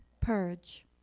purge